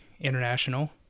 International